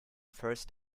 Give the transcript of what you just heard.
first